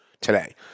today